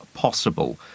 possible